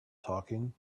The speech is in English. talking